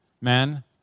men